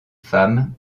femme